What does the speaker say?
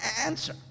answer